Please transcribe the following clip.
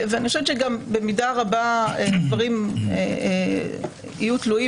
ואני חושבת שגם במידה רבה דברים יהיו תלויים